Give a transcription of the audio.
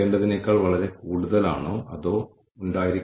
നമ്മൾക്ക് അനുഭവം പഠനം അറിവ് കഴിവുകൾ തുടങ്ങിയവയുണ്ട്